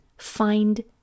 find